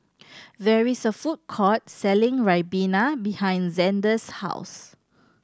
there is a food court selling ribena behind Zander's house